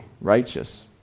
righteous